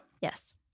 Yes